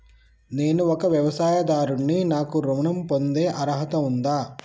నేను ఒక వ్యవసాయదారుడిని నాకు ఋణం పొందే అర్హత ఉందా?